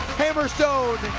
hammerstone